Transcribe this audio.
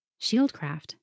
Shieldcraft